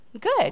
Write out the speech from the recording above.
Good